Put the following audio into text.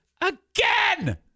again